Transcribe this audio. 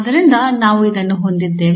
ಆದ್ದರಿಂದ ನಾವು ಇದನ್ನು ಹೊಂದಿದ್ದೇವೆ